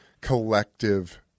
collective